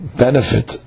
benefit